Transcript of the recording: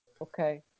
Okay